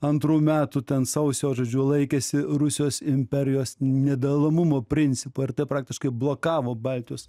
antrų metų ten sausio žodžiu laikėsi rusijos imperijos nedalomumo principo ir tai praktiškai blokavo baltijos